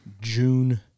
June